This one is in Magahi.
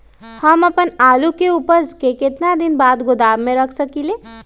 हम अपन आलू के ऊपज के केतना दिन बाद गोदाम में रख सकींले?